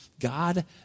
God